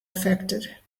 affected